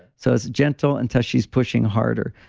so, it's gentle until she's pushing harder.